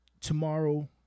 tomorrow